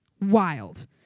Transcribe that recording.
Wild